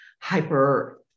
hyper